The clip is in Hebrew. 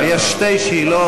יש שתי שאלות.